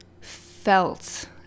felt